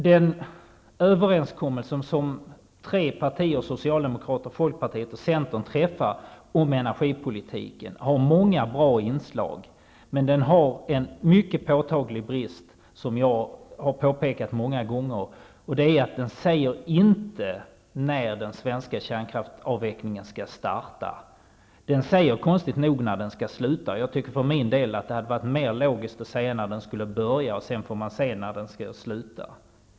Den överenskommelse som tre partier, Socialdemokraterna, Folkpartiet och Centern, träffat om energipolitiken har många bra inslag, men den har en mycket påtaglig brist, som jag har påpekat många gånger. Det är att den inte säger när den svenska kärnkraftsavvecklingen skall starta. Den säger, konstigt nog, när den skall sluta. Jag tycker för min del att det hade varit mera logiskt att säga när den skulle börja och sedan se när den kunde vara avslutad.